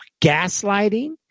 gaslighting